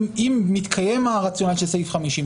אם מתקיים הרציונל של סעיף 50,